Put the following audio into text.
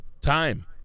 time